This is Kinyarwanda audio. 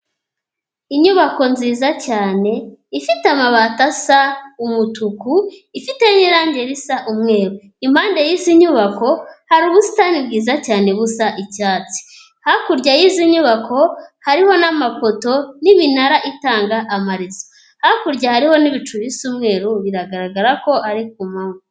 Inyubako nziza cyane ifite amabati asa umutuku, ifite n'irange risa umweru. Impande y'izi nyubako hari ubusitani bwiza cyane busa icyatsi, hakurya y'izi nyubako hariho n'amapoto n'iminara itanga amarezo, hakurya hariho n'ibicu bisa umweru biragaragara ko ari ku manywa.